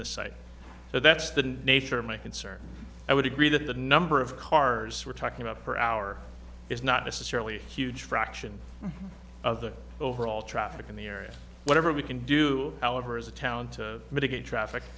the site so that's the nature of my concern i would agree that the number of cars we're talking about per hour is not necessarily huge fraction of the overall traffic in the area whatever we can do however as a town to mitigate traffic